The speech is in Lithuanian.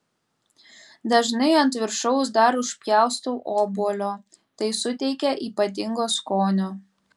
dažnai ant viršaus dar užpjaustau obuolio tai suteikia ypatingo skonio